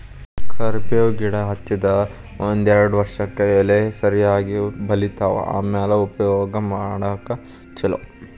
ಕರ್ಮೇವ್ ಗಿಡಾ ಹಚ್ಚದ ಒಂದ್ಯಾರ್ಡ್ ವರ್ಷಕ್ಕೆ ಎಲಿ ಸರಿಯಾಗಿ ಬಲಿತಾವ ಆಮ್ಯಾಲ ಉಪಯೋಗ ಮಾಡಿದ್ರ ಛಲೋ